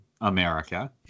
america